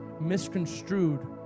misconstrued